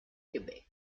québec